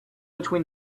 between